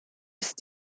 ist